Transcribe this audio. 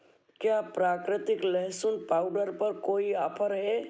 क्या प्राकृतिक लहसुन पाउडर पर कोई आफर है